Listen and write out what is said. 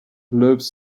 loews